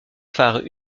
fanfare